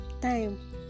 time